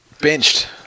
benched